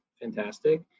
fantastic